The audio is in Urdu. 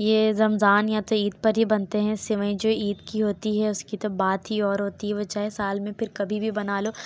یہ رمضان یا تو عید پر ہی بنتے ہیں سیوئیں جو عید کی ہوتی ہے اس کی تو بات ہی اور ہوتی ہے وہ چاہے سال میں پھر کبھی بھی بنا لو